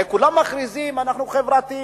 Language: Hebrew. הרי כולם מכריזים: אנחנו חברתיים,